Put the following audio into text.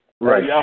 Right